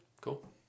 Cool